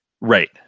Right